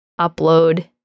upload